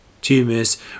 Tumors